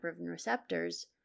receptors